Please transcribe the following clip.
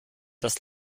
das